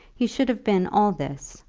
he should have been all this,